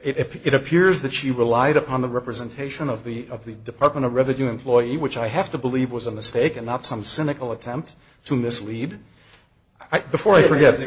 it appears that she relied upon the representation of the of the department of revenue employee which i have to believe was a mistake and not some cynical attempt to mislead i before i forget